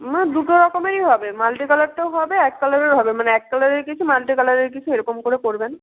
না দুটো রকমেরই হবে মাল্টি কালারটাও হবে এক কালারেরও হবে মানে এক কালারের কিছু মাল্টি কালারের কিছু এরকম করে করবেন